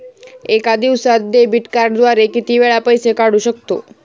एका दिवसांत डेबिट कार्डद्वारे किती वेळा पैसे काढू शकतो?